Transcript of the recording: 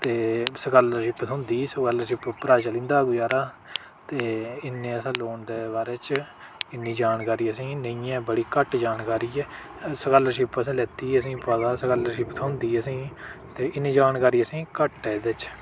ते स्कालरशिप थ्होंदी स्कलरशिप उप्परा चली जंदा गजारा ते इन्ने अस लोन दे बारै च इन्नी जानकारी असेंगी नेईं ऐ बड़ी घट्ट जानकारी ऐ स्कालरशिप असें लैती असें पता स्कालरशिप थ्होंदी ऐ असेंगी ते इन्नी जानकारी असेंगी घट्ट ऐ एह्दे च